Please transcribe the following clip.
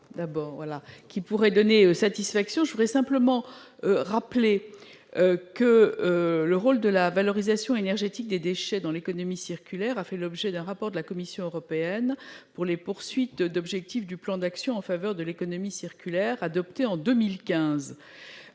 Je veux simplement rappeler que le rôle de la valorisation énergétique des déchets dans l'économie circulaire a fait l'objet d'un rapport de la Commission européenne, appelant à la poursuite des objectifs du plan d'action de l'Union européenne pour l'économie circulaire adopté en 2015.